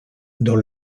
dans